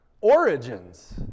origins